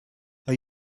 are